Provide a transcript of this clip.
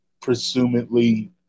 presumably